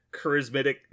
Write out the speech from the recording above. charismatic